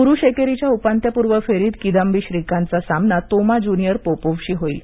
पुरुष एकेरीच्या उपांत्यपूर्व फेरीत किदाम्बी श्रीकांतचा सामना तोमा ज्युनियर पोपोव्हशी होईल